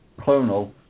clonal